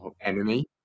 Enemy